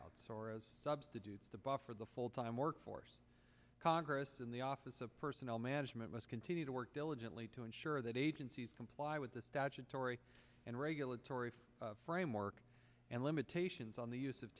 tryouts or as a substitute to buffer the full time workforce congress in the office of personnel management must continue to work diligently to ensure that agencies comply with the statutory and regulatory framework and limitations on the use of